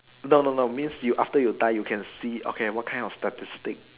no no no means after you die you can see okay what kind of statistic